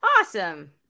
Awesome